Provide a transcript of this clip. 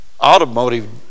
automotive